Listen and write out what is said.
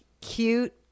cute